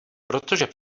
protože